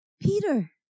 Peter